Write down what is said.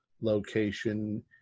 location